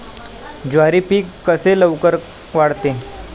ज्वारी पीक कसे लवकर वाढते?